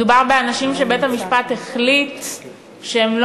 מדובר באנשים שבית-המשפט החליט שהם לא